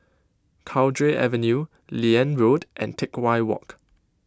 Cowdray Avenue Liane Road and Teck Whye Walk